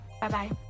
Bye-bye